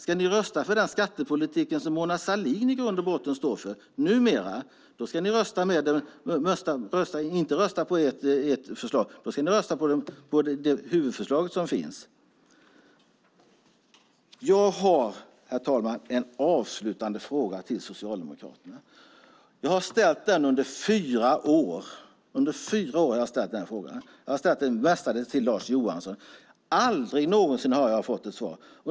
Ska ni rösta för den skattepolitik som Mona Sahlin i grund och botten numera står för? Då ska ni inte rösta på ert eget förslag, utan då ska ni rösta på det huvudförslag som finns. Jag har, herr talman, en avslutande fråga till Socialdemokraterna. Jag har ställt den under fyra år, och jag har mestadels ställt den till Lars Johansson. Aldrig någonsin har jag fått ett svar.